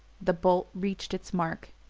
the bolt reached its mark,